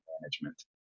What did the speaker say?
management